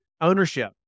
ownership